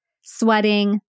sweating